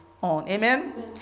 Amen